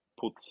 put